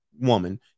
woman